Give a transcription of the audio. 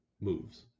moves